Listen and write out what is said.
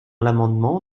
l’amendement